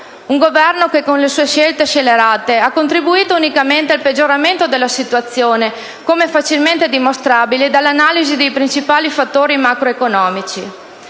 un Governo che con le sue scelte scellerate ha contribuito unicamente al peggioramento della situazione, come facilmente dimostrabile dall'analisi dei principali fattori macroeconomici;